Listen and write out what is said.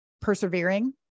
persevering